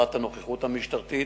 הגברת הנוכחות המשטרתית,